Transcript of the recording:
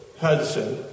Hudson